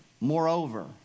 Moreover